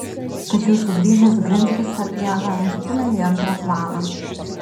tačiau sugrįžęs glinskis sapiegą nustūmė į antrą planą